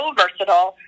versatile